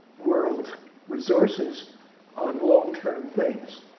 world resources on long-term things.